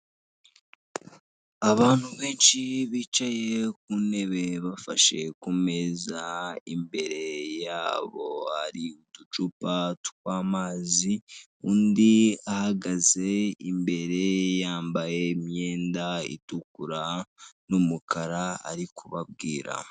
Abantu benshi bicaye ku ntebe bafashe ku meza imbere ya bo hari uducupa twamazi, undi ahagaze imbere yambaye imyenda itukura n'umukara ari kubabwira.